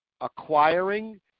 Acquiring